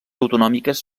autonòmiques